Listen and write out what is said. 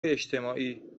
اجتماعی